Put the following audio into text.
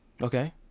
Okay